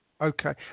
okay